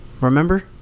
remember